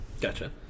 gotcha